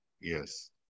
Yes